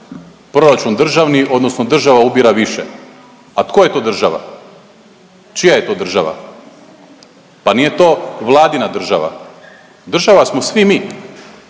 proračun državni, odnosno država ubire više. A tko je to država? Čija je to država? Pa nije to Vladina država. Država smo svi mi,